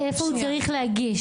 איפה הוא צריך להגיש?